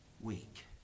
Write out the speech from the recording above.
week